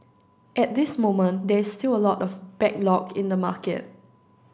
at this moment there is still a lot of backlog in the market